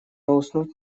уснуть